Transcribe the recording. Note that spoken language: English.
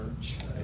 church